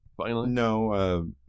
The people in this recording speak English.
No